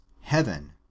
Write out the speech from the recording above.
heaven